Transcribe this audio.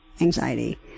Anxiety